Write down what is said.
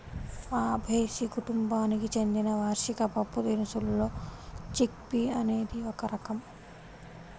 Fabaceae కుటుంబానికి చెందిన వార్షిక పప్పుదినుసుల్లో చిక్ పీ అనేది ఒక రకం